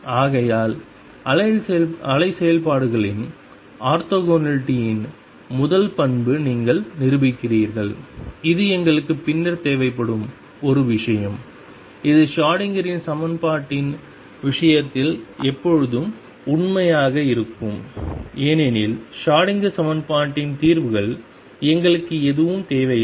ஆகையால் அலை செயல்பாடுகளின் ஆர்த்தோகனாலிட்டியின் முதல் பண்பு நீங்கள் நிரூபிக்கிறீர்கள் இது எங்களுக்கு பின்னர் தேவைப்படும் ஒரு விஷயம் இது ஷ்ரோடிங்கரின் Schrödinger's சமன்பாட்டின் விஷயத்தில் எப்போதும் உண்மையாக இருக்கும் ஏனெனில் ஷ்ரோடிங்கர் Schrödinger சமன்பாட்டின் தீர்வுகள் எங்களுக்கு எதுவும் தேவையில்லை